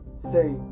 say